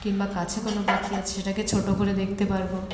কিংবা কাছে কোনো পাখি আছে সেটাকে ছোট করে দেখতে পারব